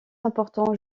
importants